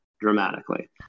dramatically